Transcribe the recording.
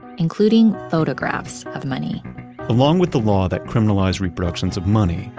including photographs of money along with the law that criminalized reproductions of money,